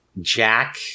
Jack